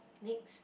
next